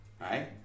Right